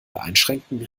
einschränken